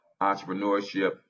entrepreneurship